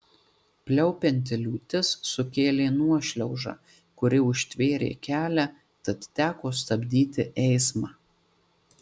pliaupianti liūtis sukėlė nuošliaužą kuri užtvėrė kelią tad teko stabdyti eismą